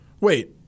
Wait